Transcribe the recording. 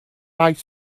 light